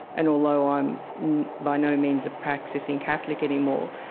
and although i'm by no means a practicing catholic anymore,